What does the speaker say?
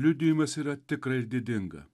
liudijimas yra tikra ir didinga